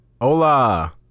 Hola